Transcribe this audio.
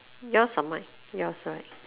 yours or mine yours right